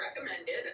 recommended